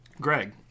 Greg